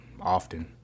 often